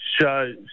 shows